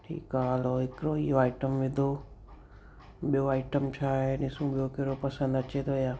ठीकु आहे हलो हिकिड़ो इहो आइटम विधो ॿियो आइटम छा आहे ॾिसूं ॿियो कहिड़ो पसंदि अचे थो या